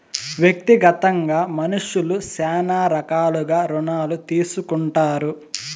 వ్యక్తిగతంగా మనుష్యులు శ్యానా రకాలుగా రుణాలు తీసుకుంటారు